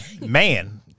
Man